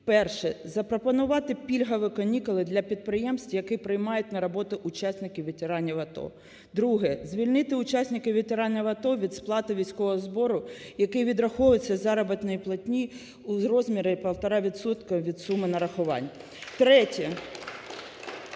Перше. Запропонувати пільгові канікули для підприємств, які приймають на роботу учасників, ветеранів АТО. Друге. Звільнити учасників, ветеранів АТО від сплати військового збору, який відраховується із заробітної платні у розмірі півтора відсотка від суми нарахувань. Третє.